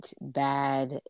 bad